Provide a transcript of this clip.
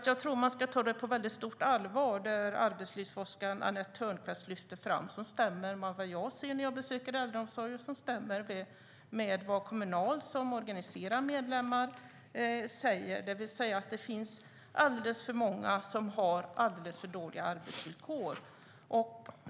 Jag tror att man ska ta det som arbetslivsforskaren Annette Thörnquist lyfter fram på stort allvar. Det stämmer med vad jag ser när jag besöker äldreomsorgen och med vad Kommunal, som organiserar medlemmar, säger nämligen att alldeles för många har alldeles för dåliga arbetsvillkor.